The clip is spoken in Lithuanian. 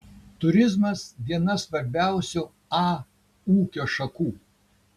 turizmas viena svarbiausių a ūkio šakų